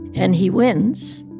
and he wins.